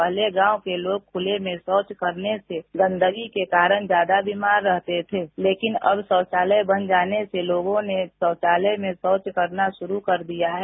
पहले गॉव के लोग खुले में शौच करने से गंदगी के कारण ज्यादा बीमार रहते थे लेकिन अब शौचालय बन जाने से लोगों में शौचालय में शौच करना शुरू कर दिया है